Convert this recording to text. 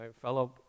fellow